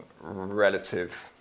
relative